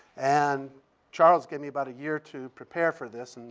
and charles gave me about a year to prepare for this, and